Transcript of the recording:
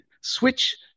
Switch